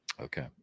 Okay